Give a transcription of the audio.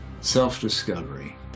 self-discovery